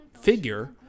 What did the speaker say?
figure